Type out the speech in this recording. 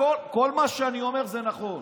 אבל זה לא נכון.